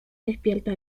despierta